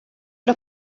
los